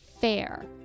fair